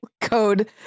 Code